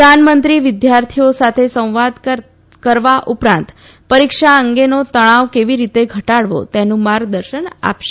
પ્રધાનમંત્રી વિદ્યાર્થીઓ સાથે સંવાદ કરવા ઉપરાંત પરીક્ષા અંગેનો તણાવ કેવી રીતે ધટાડવો તેનું માર્ગદર્શન પણ આપશે